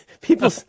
people –